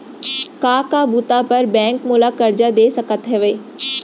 का का बुता बर बैंक मोला करजा दे सकत हवे?